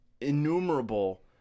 innumerable